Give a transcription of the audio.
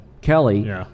Kelly